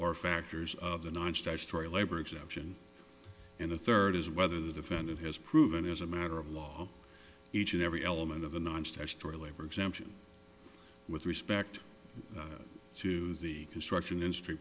or factors of the non statutory labor exemption in the third is whether the defendant has proven as a matter of law each and every element of a non statutory labor exemption with respect to the construction industry